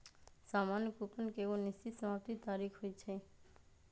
सामान्य कूपन के एगो निश्चित समाप्ति तारिख होइ छइ